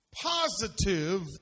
Positive